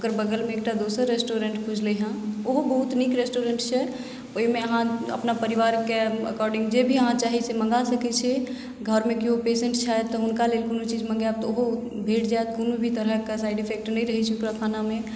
ओकर बगलमे एकटा दोसर रेस्टुरेंट खुजलैया ओहो बहुत नीक रेस्टुरेंट छै ओहिमे अहाँ अपना परिवारके एकॉर्डिंग जे भी अहाँ चाही से मङ्गा सकै छी घरमे कोइ पेशेंट छथि तऽ हुनका लेल कोनो चीज मंगायब तऽ ओहो भेट जायत कोनो भी तरहक साइड इफेक्ट नहि रहै छै ओकरा खानामे